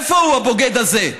איפה הוא, הבוגד הזה?